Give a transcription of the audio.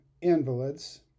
invalids